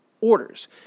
orders